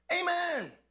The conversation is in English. Amen